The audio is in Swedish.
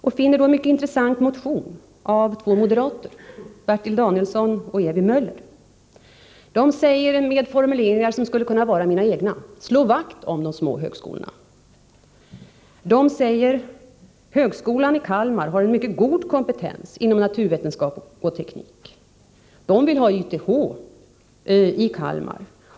Jag fann då en mycket intressant motion av två moderater, nämligen Bertil Danielsson och Ewy Möller. De säger, med formuleringar som skulle kunna vara mina egna: Slå vakt om de små högskolorna! De säger vidare att högskolan i Kalmar har en mycket god kompetens inom naturvetenskap och teknik. De vill ha YTH i Kalmar.